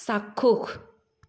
চাক্ষুস